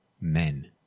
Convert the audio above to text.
men